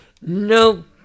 Nope